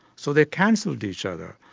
so they cancelled each other.